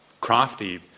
crafty